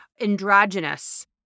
androgynous